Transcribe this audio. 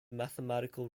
mathematical